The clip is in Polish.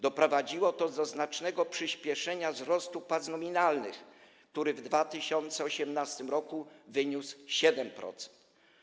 Doprowadziło to do znacznego przyspieszenia wzrostu płac nominalnych, który w 2018 r. wyniósł 7%.